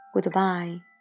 Goodbye